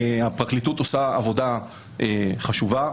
הפרקליטות עושה עבודה חשובה,